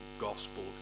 Gospel